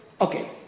okay